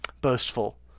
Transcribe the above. boastful